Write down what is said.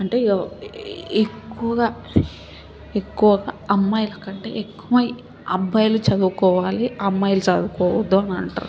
అంటే ఎక్కువగా ఎక్కువగా అమ్మాయిల కంటే ఎక్కువ అబ్బాయిలు చదువుకోవాలి అమ్మాయిలు చదువుకోవద్దు అని అంటరు